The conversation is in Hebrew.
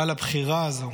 אבל הבחירה הזו